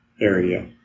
area